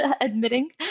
admitting